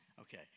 Okay